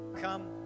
Come